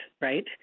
right